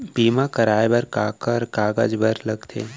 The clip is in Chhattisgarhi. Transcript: बीमा कराय बर काखर कागज बर लगथे?